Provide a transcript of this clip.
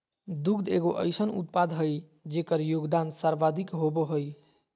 दुग्ध एगो अइसन उत्पाद हइ जेकर योगदान सर्वाधिक होबो हइ